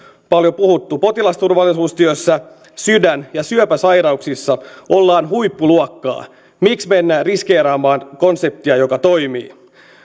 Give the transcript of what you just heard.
paljon puhuttu potilasturvallisuustyössä sydän ja syöpäsairauksissa ollaan huippuluokkaa miksi mennään riskeeraamaan konseptia joka toimii